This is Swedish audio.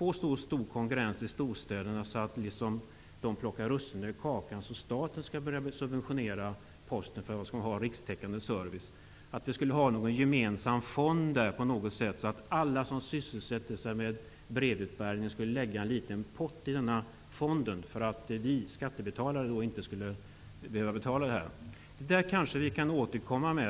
möter så stor konkurrens i storstäderna, genom att andra plockar russinen ur kakan, att staten måste börja subventionera Postens rikstäckande service, skulle man kanske inrätta en gemensam fond, till vilken alla som sysselsätter sig med brevbäringen skulle få bidra med en liten pott. Därigenom skulle vi skattebetalare inte behöva stå för kostnaden. Till detta kan vi kanske återkomma.